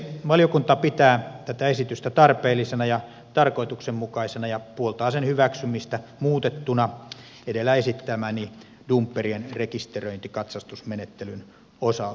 valiokunta pitää tätä esitystä tarpeellisena ja tarkoituksenmukaisena ja puoltaa sen hyväksymistä muutettuna edellä esittämäni dumpperien rekisteröintikatsastusmenettelyn osalta